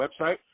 website